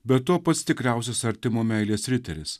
be to pats tikriausias artimo meilės riteris